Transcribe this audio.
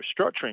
restructuring